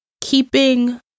keeping